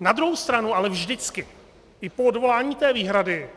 Na druhou stranu ale vždycky, i po odvolání té výhrady,